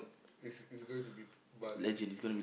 it's it's going to be b~ Bali